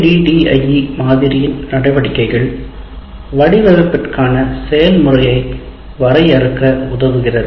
ADDIE மாதிரியின் நடவடிக்கைகள் வடிவமைப்பிற்கான செயல்முறையை வரையறுக்க உதவுகிறது